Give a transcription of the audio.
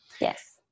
Yes